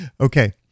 okay